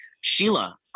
Sheila